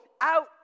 out